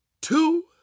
two